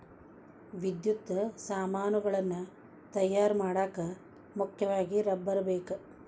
ವಿದ್ಯುತ್ ಸಾಮಾನುಗಳನ್ನ ತಯಾರ ಮಾಡಾಕ ಮುಖ್ಯವಾಗಿ ರಬ್ಬರ ಬೇಕ